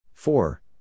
four